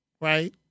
right